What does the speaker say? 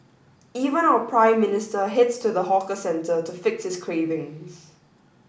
even our Prime Minister heads to the hawker centre to fix his cravings